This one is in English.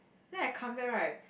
then I come back right